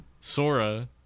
Sora